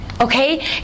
Okay